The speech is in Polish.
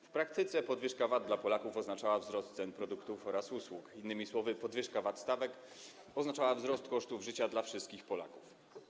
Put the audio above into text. W praktyce podwyżka VAT dla Polaków oznaczała wzrost cen produktów oraz usług - innymi słowy, podwyżka stawek VAT oznaczała wzrost kosztów życia dla wszystkich Polaków.